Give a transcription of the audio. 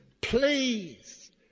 Please